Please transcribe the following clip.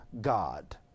God